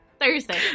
Thursday